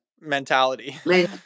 mentality